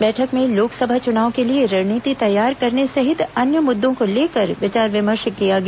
बैठक में लोकसभा चुनाव के लिए रणीनीति तैयार करने सहित अन्य मुद्दों को लेकर विचार विमर्श किया गया